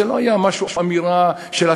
זה לא היה משהו, אמירה של התרסה,